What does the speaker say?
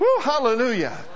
hallelujah